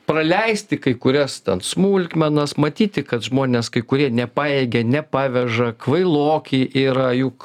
praleisti kai kurias smulkmenas matyti kad žmonės kai kurie nepajėgia nepaveža kvailoki yra juk